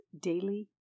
Daily